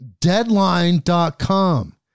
deadline.com